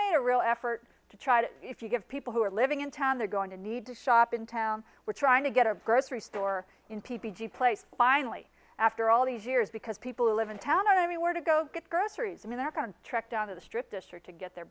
made a real effort to try to if you get people who are living in town they're going to need to shop in town we're trying to get a grocery store in p g play finally after all these years because people who live in town i mean where to go get groceries and they're going to track down to the strip district to get their